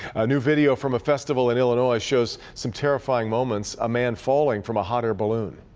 a new video from a festival in illinois shows some terrifying moments. a man falling from a hot air balloon.